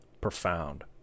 profound